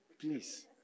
please